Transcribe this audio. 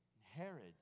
Herod